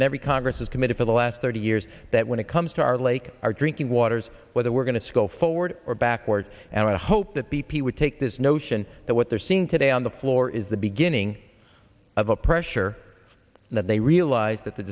and every congress has committed for the last thirty years that when it comes to our lake our drinking waters whether we're going to go forward or backwards and i hope that b p would take this notion that what they're seeing today on the floor is the beginning of a pressure that they realize that the